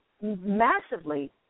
massively